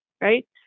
Right